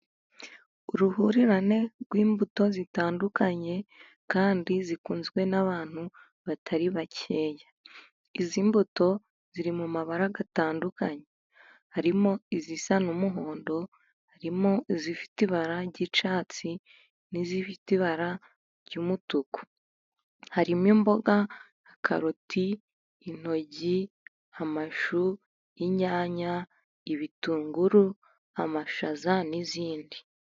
Uruhurirane rw'imbuto zitandukanye kandi zikunzwe n'abantu batari bakeya, izi mbuto ziri mu mabara atandukanye harimo izisa n'umuhondo, harimo zifite ibara ry'icyatsi n'izifite ibara ry'umutuku, harimo imboga, karoti, intoryi, amashu n'inyanya, ibitunguru, amashaza n'izindi.